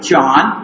John